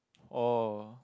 oh